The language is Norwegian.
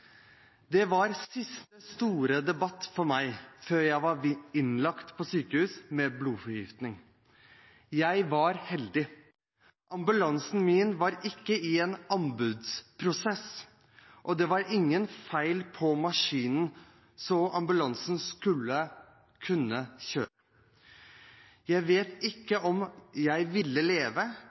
Det var siste store debatt for meg før jeg ble innlagt på sykehus med blodforgiftning. Jeg var heldig. Ambulansen min var ikke i en anbudsprosess, og det var ingen feil på maskinen, så ambulansen kunne kjøre. Jeg vet ikke om jeg ville